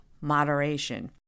moderation